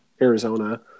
Arizona